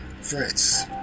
Fritz